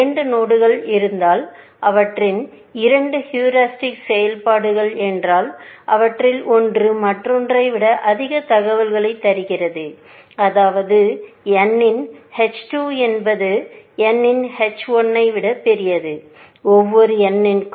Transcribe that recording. இரண்டு நோடுகள் இருந்தால் அவற்றின் இரண்டு ஹூரிஸ்டிக் செயல்பாடுகள் என்றால் அவற்றில் ஒன்று மற்றொன்றை விட அதிக தகவல்களைத் தருகிறது அதாவது n இன் h 2 என்பது n இன் h 1 ஐ விட பெரியது ஒவ்வொரு n க்கும்